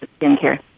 skincare